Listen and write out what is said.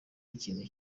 ikintu